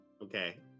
Okay